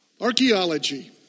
Archaeology